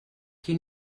qui